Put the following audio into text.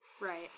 right